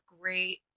great